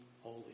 holy